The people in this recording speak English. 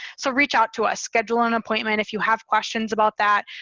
so reach out to us, schedule an appointment. if you have questions about that,